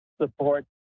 support